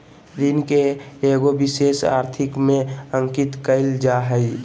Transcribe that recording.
ऋण के एगो विशेष आर्थिक में अंकित कइल जा हइ